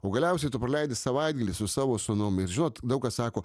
o galiausiai tu praleidi savaitgalį su savo sūnum ir žinot daug kas sako